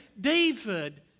David